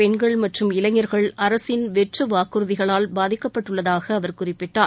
பெண்கள் மற்றும் இளைஞர்கள் அரசின் வெற்று வாக்குறுதிகளால் பாதிக்கப்பட்டுள்ளதாக அவர் குறிப்பிட்டார்